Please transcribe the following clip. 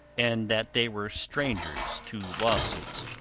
and that they were strangers to lawsuits.